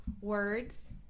words